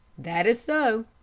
that is so.